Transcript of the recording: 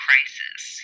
crisis